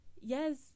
yes